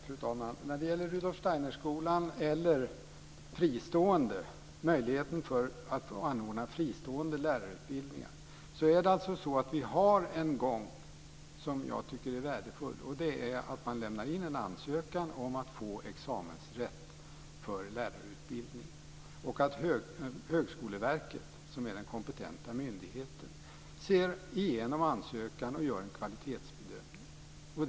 Fru talman! När det gäller Rudolf Steinerhögskolan eller möjligheten att anordna fristående lärarutbildningar har vi en gång som jag tycker är värdefull. Det är att man lämnar in en ansökan om att få examensrätt för lärarutbildning. Högskoleverket, som är den kompetenta myndigheten, ser igenom ansökan och gör en kvalitetsbedömning.